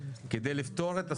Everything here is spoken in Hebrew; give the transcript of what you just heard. כדי לפתור את הסוגייה.